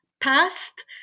past